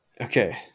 Okay